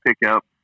pickup